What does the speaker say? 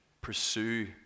pursue